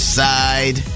side